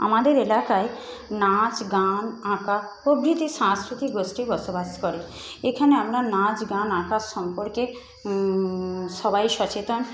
আমাদের এলাকায় নাচ গান আঁকা প্রভৃতি সাংস্কৃতিক গোষ্ঠী বসবাস করে এখানে আমরা নাচ গান আঁকার সম্পর্কে সবাই সচেতন